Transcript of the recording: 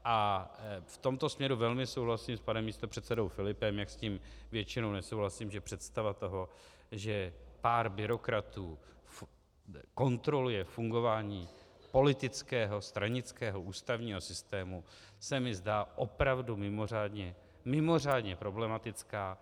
V tomto směru velmi souhlasím s panem místopředsedou Filipem, jako s ním většinou nesouhlasím, že představa toho, že pár byrokratů kontroluje fungování politického stranického ústavního systému, se mi zdá opravdu mimořádně, mimořádně problematická.